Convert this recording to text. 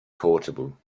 portable